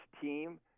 team